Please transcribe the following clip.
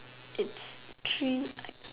it's three